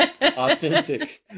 authentic